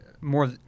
More